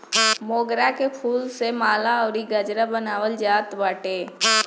मोगरा के फूल से माला अउरी गजरा बनावल जात बाटे